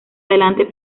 adelante